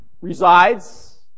resides